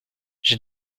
j’ai